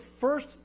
first